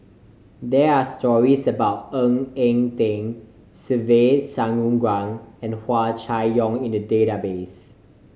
there are stories about Ng Eng Teng Se Ve Shanmugam and Hua Chai Yong in the database